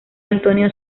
antonio